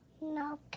no